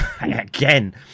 again